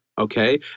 Okay